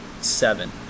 seven